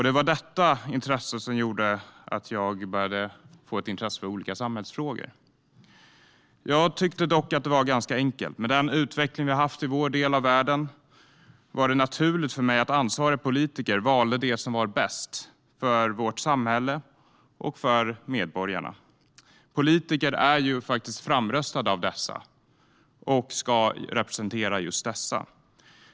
Det var detta intresse som gjorde att jag började få ett intresse för olika samhällsfrågor. Jag tyckte dock att det var ganska enkelt. Med den utveckling som vi har haft i vår del av världen var det naturligt för mig att ansvariga politiker valde det som var bäst för vårt samhälle och för medborgarna. Politiker är ju framröstade av medborgarna och ska representera just dessa.